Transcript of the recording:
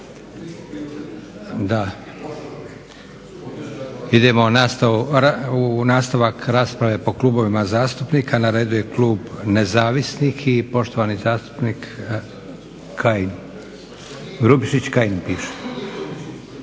Da. Idemo u nastavak rasprave po klubovima zastupnika, na redu je Klub Nezavisnih i poštovani zastupnik Kajin. Grubišić, Kajin piše.